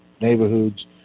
neighborhoods